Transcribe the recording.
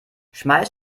schmeiß